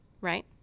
right